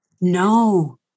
No